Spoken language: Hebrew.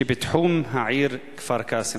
שבתחום העיר כפר-קאסם?